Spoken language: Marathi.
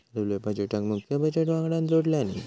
रेल्वे बजेटका मुख्य बजेट वंगडान जोडल्यानी